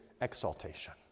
exaltation